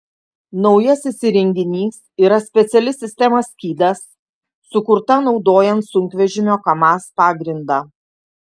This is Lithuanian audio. naujasis įrenginys yra speciali sistema skydas sukurta naudojant sunkvežimio kamaz pagrindą